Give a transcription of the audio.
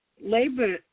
labor